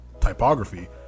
typography